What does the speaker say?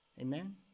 Amen